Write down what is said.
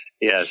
Yes